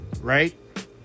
right